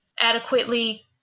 adequately